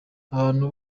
abantu